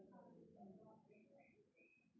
कृषि मसीन सें किसान क खेती करै में सुविधा होलय